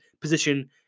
position